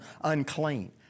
unclean